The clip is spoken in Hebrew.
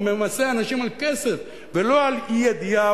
הוא ממסה אנשים על כסף ולא על אי-ידיעה